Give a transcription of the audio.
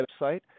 website